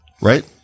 Right